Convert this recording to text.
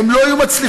הם לא היו מצליחים,